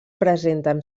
presenten